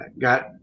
got